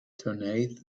turneth